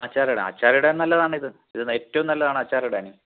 അച്ചാറിടാം അച്ചാറിടാൻ നല്ലതാണ് ഇത് ഇത് ഏറ്റവും നല്ലതാണ് അച്ചാറിടാൻ